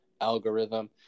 algorithm